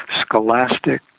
scholastic